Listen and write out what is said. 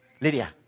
Lydia